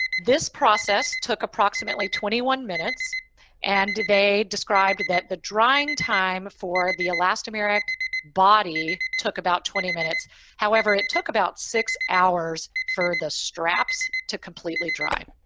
this process took approximately twenty one minutes and they described that the drying time for the elastomeric body took about twenty minutes however, it took about six hours for the straps to completely dry.